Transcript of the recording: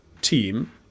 team